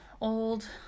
old